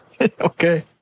Okay